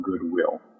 goodwill